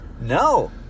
No